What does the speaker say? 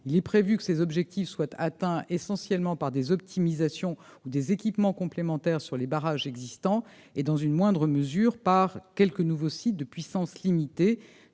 Il est prévu que cet objectif soit atteint, essentiellement, par des optimisations ou des équipements complémentaires sur les barrages existants et, dans une moindre mesure, par quelques nouveaux sites, de puissance limitée